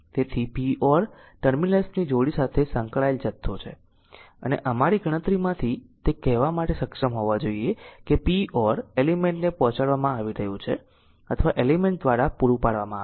તેથી p or ટર્મિનલ્સની જોડી સાથે સંકળાયેલ જથ્થો છે અને અમારી ગણતરીમાંથી તે કહેવા માટે સક્ષમ હોવા જોઈએ કે p or એલિમેન્ટ ને પહોંચાડવામાં આવી રહ્યું છે અથવા એલિમેન્ટ દ્વારા પૂરું પાડવામાં આવે છે